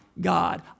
God